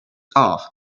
off